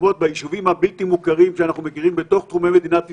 במקומות ביישובים הבלתי מוכרים שאנחנו מכירים בתוך תחומי מדינת ישראל.